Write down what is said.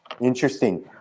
Interesting